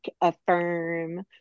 affirm